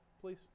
please